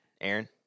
Aaron